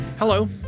Hello